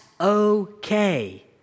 okay